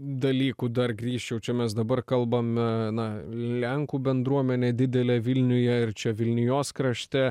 dalykų dar grįžčiau čia mes dabar kalbame na lenkų bendruomenė didelė vilniuje ir čia vilnijos krašte